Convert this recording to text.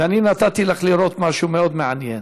ואני נתתי לך לראות משהו מאוד מעניין.